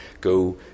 go